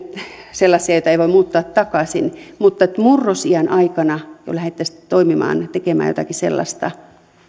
sellaisia joita ei voi muuttaa takaisin ja jos murrosiän aikana jo lähdettäisiin toimimaan tekemään jotakin sellaista